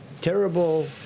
terrible